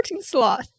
sloth